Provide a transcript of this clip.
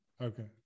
okay